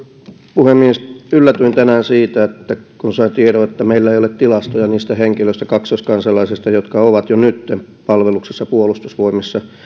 puhemies yllätyin tänään siitä kun sain tiedon että meillä ei ole tilastoja niistä henkilöistä kaksoiskansalaisista jotka ovat jo nytten palveluksessa puolustusvoimissa